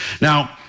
Now